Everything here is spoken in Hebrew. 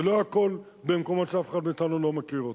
זה לא הכול במקומות שאף אחד מאתנו לא מכיר אותם.